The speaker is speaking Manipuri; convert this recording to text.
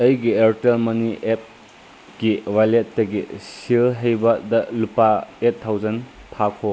ꯑꯩꯒꯤ ꯑꯦꯌꯥꯔꯇꯦꯜ ꯃꯅꯤ ꯑꯦꯞꯀꯤ ꯋꯥꯜꯂꯦꯠꯇꯒꯤ ꯁꯤꯜꯍꯩꯕꯗ ꯂꯨꯄꯥ ꯑꯩꯠ ꯊꯥꯎꯖꯟ ꯊꯥꯈꯣ